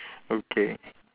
okay